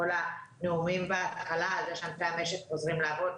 כל הנאומים בהתחלה על זה שענפי המשק חוזרים לעבוד,